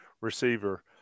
receiver